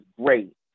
great